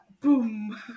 boom